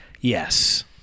Yes